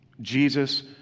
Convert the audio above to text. Jesus